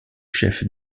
chef